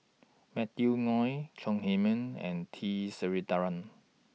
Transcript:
Matthew Chong Heman and T Sasitharan